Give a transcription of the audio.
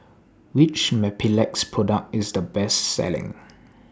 Which Mepilex Product IS The Best Selling